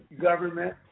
government